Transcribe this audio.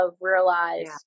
realized